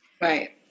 right